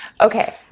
Okay